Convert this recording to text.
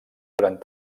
durant